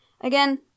Again